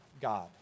God